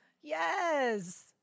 Yes